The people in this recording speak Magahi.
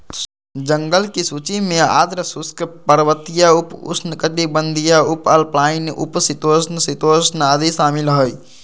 जंगल की सूची में आर्द्र शुष्क, पर्वतीय, उप उष्णकटिबंधीय, उपअल्पाइन, उप शीतोष्ण, शीतोष्ण आदि शामिल हइ